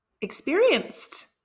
experienced